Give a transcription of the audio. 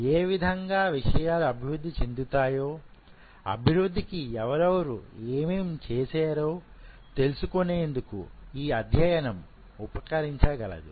ఏ విధంగా విషయాలు అభివృద్ధి చెందుతాయో అభివృద్ధికి ఎవరెవరు ఏమేం చేశారో తెలుసుకొనేందుకు ఈ అధ్యయనం ఉపకరించగలదు